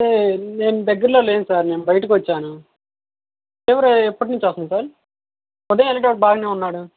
అంటే నేను దగ్గరలో లేను సార్ నేను బయటికి వచ్చాను ఫీవర్ ఎప్పటి నుంచి వస్తుంది సార్ ఉదయం వెళ్ళేటప్పుడు బాగానే ఉన్నాడు